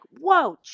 whoa